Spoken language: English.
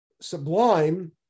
sublime